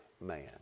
man